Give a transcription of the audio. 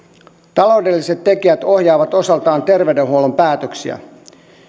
taloudelliset tekijät ohjaavat osaltaan terveydenhuollon päätöksiä